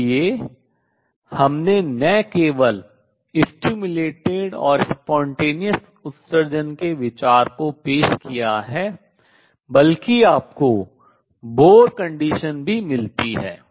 इसलिए हमने न केवल उद्दीपित और स्वतः उत्सर्जन के विचार को पेश किया है बल्कि आपको बोहर की स्थिति भी मिली है